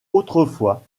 autrefois